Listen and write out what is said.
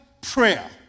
prayer